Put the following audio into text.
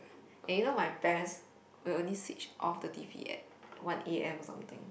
and you know my parents will only switch off the t_v at one a_m something